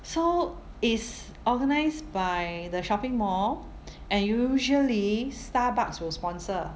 so it's organised by the shopping mall and usually Starbucks will sponsor